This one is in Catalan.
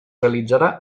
realitzarà